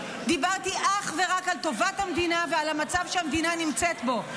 דיברתי אך ורק על טובת המדינה ועל המצב שהמדינה נמצאת בו.